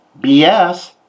BS